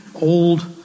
old